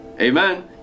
Amen